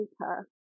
paper